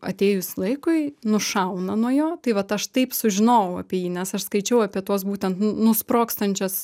atėjus laikui nušauna nuo jo tai vat aš taip sužinojau apie jį nes aš skaičiau apie tuos būtent nusprogstančias